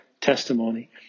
testimony